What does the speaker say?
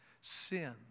sin